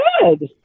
good